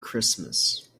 christmas